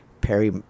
Perry